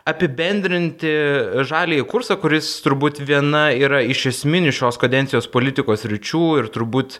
apibendrinti žaliąjį kursą kuris turbūt viena yra iš esminių šios kadencijos politikos sričių ir turbūt